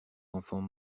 enfants